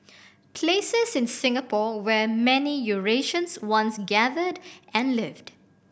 places in Singapore where many Eurasians once gathered and lived